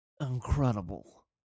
incredible